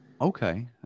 Okay